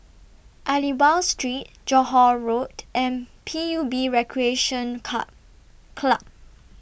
Aliwal Street Johore Road and P U B Recreation Car Club